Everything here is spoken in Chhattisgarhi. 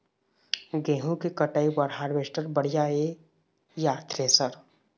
गेहूं के कटाई बर हारवेस्टर बढ़िया ये या थ्रेसर?